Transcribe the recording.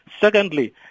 Secondly